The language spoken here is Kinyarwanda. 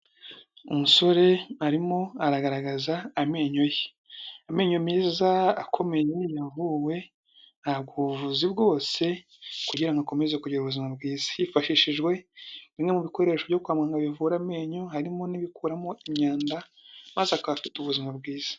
Umusore arimo aragaragaza amenyo ye, amenyo meza, akomeye, yavuwe, ahabwa ubuvuzi bwose kugirango ngo akomeze kugira ubuzima bwiza. Hifashishijwe bimwe mu bikoresho byo kwamaganga bivura amenyo, harimo n'ibikuramo imyanda, maze akaba afite ubuzima bwiza.